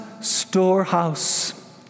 storehouse